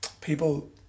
people